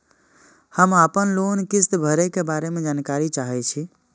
हम आपन लोन किस्त भरै के बारे में जानकारी चाहै छी?